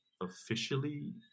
officially